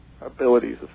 abilities